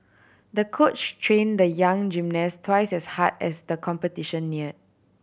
the coach train the young gymnast twice as hard as the competition near